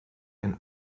and